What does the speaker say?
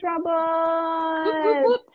trouble